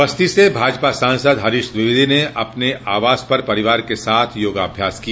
बस्ती में भाजपा सांसद हरीश द्विवेदी ने अपने आवास पर परिवार के साथ योगाभ्यास किया